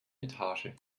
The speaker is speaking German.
etage